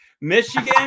Michigan